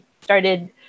started